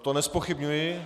To nezpochybňuji.